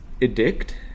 addict